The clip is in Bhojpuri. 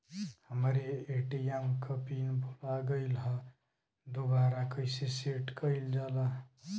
हमरे ए.टी.एम क पिन भूला गईलह दुबारा कईसे सेट कइलजाला?